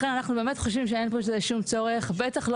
לכן אנחנו חושבים שבאמת אין בזה שום צורך; בטח לא